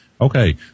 Okay